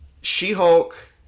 She-Hulk